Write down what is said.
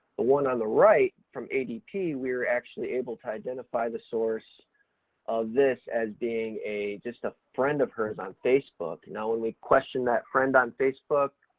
the one on the right from adp, we're actually able to identify the source of this as being a, just a friend of hers on facebook. now when we questioned that friend on facebook,